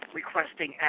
requesting